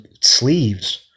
sleeves